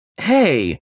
Hey